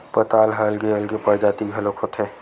पताल ह अलगे अलगे परजाति घलोक होथे